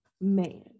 man